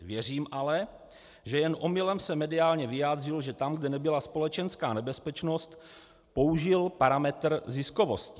Věřím ale, že jen omylem se mediálně vyjádřilo, že tam, kde nebyla společenská nebezpečnost, použil parametr ziskovosti.